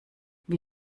wie